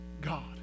God